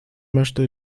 möchte